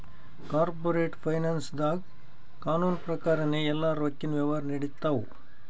corporate ಫೈನಾನ್ಸ್ದಾಗ್ ಕಾನೂನ್ ಪ್ರಕಾರನೇ ಎಲ್ಲಾ ರೊಕ್ಕಿನ್ ವ್ಯವಹಾರ್ ನಡಿತ್ತವ